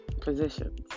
positions